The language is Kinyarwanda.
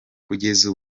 kugeza